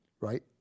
Right